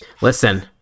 Listen